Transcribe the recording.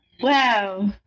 Wow